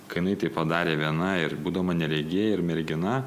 kai jinai tai padarė viena ir būdama neregė ir mergina